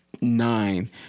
nine